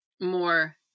more